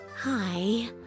Hi